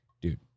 Dude